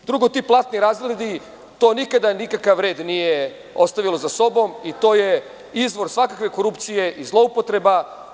Drugo, ti platini razredi to nikada nikakav red nije ostavilo za sobom i to je izvor svakakve korupcije i zloupotreba.